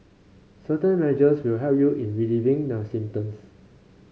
certain measures will help you in relieving the symptoms